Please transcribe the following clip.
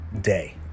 day